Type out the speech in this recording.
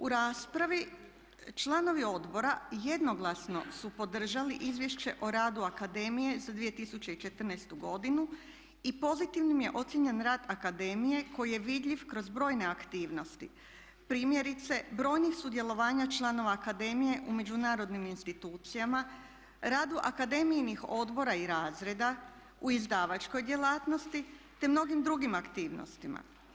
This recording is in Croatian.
U raspravi članovi odbora jednoglasno su podržali Izvješće o radu akademije za 2014. godinu i pozitivnim je ocijenjen rad akademije koji je vidljiv kroz brojne aktivnosti, primjerice brojnih sudjelovanja članova akademije u međunarodnim institucijama, radu akademijinih odbora i razreda u izdavačkoj djelatnosti te mnogim drugim aktivnostima.